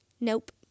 Nope